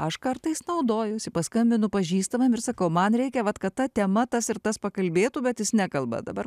aš kartais naudojuosi paskambinu pažįstamam ir sakau man reikia vat kad ta tema tas ir tas pakalbėtų bet jis nekalba dabar